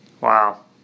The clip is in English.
Wow